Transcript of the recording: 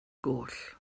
goll